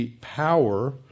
power